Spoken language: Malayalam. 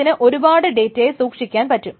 അതിന് ഒരുപാട് ഡേറ്റയെ സൂക്ഷിക്കാൻ പറ്റും